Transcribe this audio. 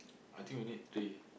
I think we need three